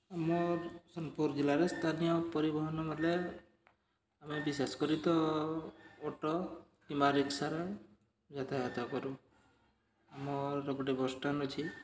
ଆମର୍ ସୋନ୍ପୁର୍ ଜିଲ୍ଲାରେ ସ୍ଥାନୀୟ ପରିବହନ ବେଲେ ଆମେ ବିଶେଷ କରି ତ ଅଟୋ କିମ୍ବା ରିକ୍ସାରେ ଯାତାୟତା କରୁ ଆମର ଗୋଟେ ବସ୍ ଷ୍ଟାଣ୍ଡ୍ ଅଛି